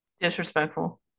Disrespectful